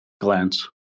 glance